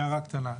הערה קטנה,